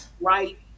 right